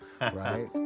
Right